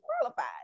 qualified